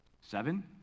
Seven